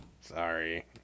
sorry